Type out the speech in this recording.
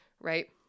right